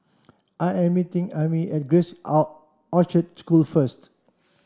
I am meeting Amie at Grace Orchard School first